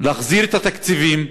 להחזיר את התקציבים